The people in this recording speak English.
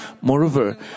Moreover